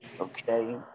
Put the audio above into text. Okay